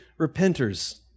repenters